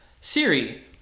Siri